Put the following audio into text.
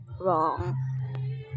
wrong